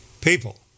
people